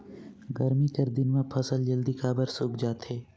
गरमी कर दिन म फसल जल्दी काबर सूख जाथे?